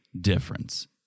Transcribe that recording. difference